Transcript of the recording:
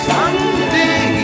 Someday